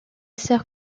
sert